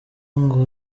ngo